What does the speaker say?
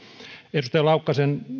edustaja laukkasen